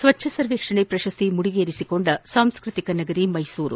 ಸ್ವಚ್ನ ಸರ್ವೇಕ್ಷಣೆ ಪ್ರಶಸ್ತಿ ಮುಡಿಗೇರಿಸಿಕೊಂಡ ಸಾಂಸ್ಕತಿಕನಗರಿ ಮೈಸೂರು